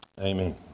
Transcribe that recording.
Amen